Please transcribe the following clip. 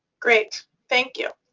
great. thank you.